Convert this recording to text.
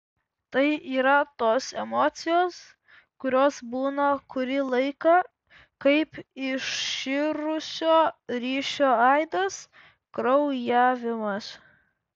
tai yra tos emocijos kurios būna kurį laiką kaip iširusio ryšio aidas kraujavimas